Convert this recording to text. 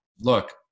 look